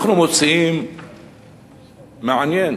אנחנו מוצאים מעניין,